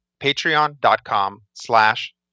Patreon.com/slash